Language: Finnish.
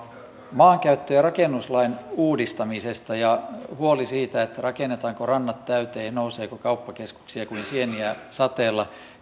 maankäyttö ja rakennuslain uudistamisesta ja huolehti siitä rakennetaanko rannat täyteen nouseeko kauppakeskuksia kuin sieniä sateella